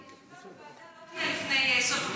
הישיבה בוועדה לא תהיה לפני סוף הפגרה,